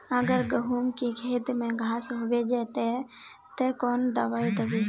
अगर गहुम के खेत में घांस होबे जयते ते कौन दबाई दबे?